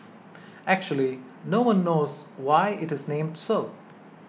actually no one knows why it is named so